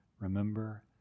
remember